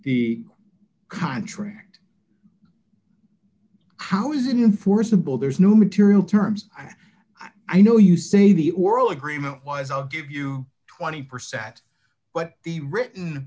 the contract how is it in forcible there's no material terms i i know you say the oral agreement was i'll give you twenty percent but the written